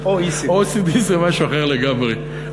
OECD. OCD זה משהו אחר לגמרי.